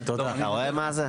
מרינה,